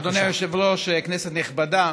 אדוני היושב-ראש, כנסת נכבדה,